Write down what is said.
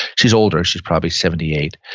she's older, she's probably seventy eight,